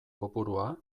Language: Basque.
kopurua